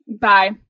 Bye